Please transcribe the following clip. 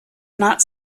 not